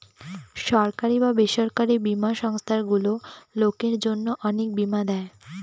সরকারি বা বেসরকারি বীমা সংস্থারগুলো লোকের জন্য অনেক বীমা দেয়